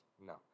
no